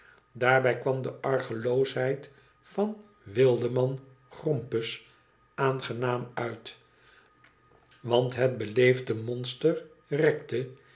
daarbij kwam de argeloosheid van wildeman grompus aangenaam uit want het beleefde monster rekte